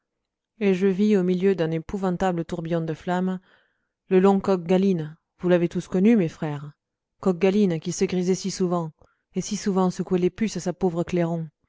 et je vis au milieu d'un épouvantable tourbillon de flamme le long coq galine vous l'avez tous connu mes frères coq galine qui se grisait si souvent et si souvent secouait les puces à sa pauvre clairon